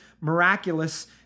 miraculous